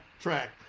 track